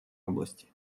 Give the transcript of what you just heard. области